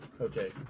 Okay